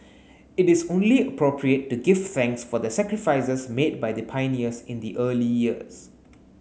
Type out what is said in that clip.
it is only appropriate to give thanks for the sacrifices made by the pioneers in the early years